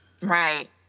Right